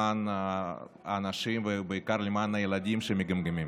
למען אנשים, ובעיקר למען הילדים שמגמגמים.